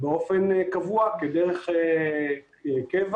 באופן קבוע כדרך קבע,